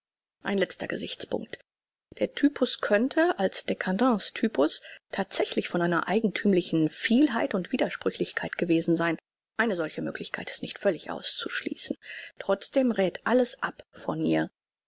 ein letzter gesichtspunkt der typus könnte als dcadence typus thatsächlich von einer eigenthümlichen vielheit und widersprüchlichkeit gewesen sein eine solche möglichkeit ist nicht völlig auszuschließen trotzdem räth alles ab von ihr